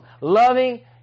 Loving